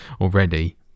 already